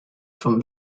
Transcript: from